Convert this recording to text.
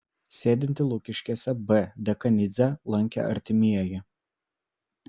sėdintį lukiškėse b dekanidzę lankė artimieji